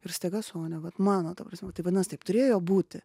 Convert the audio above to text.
ir staiga sonia vat mano ta prasme tai vadinas taip turėjo būti